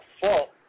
fault